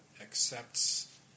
accepts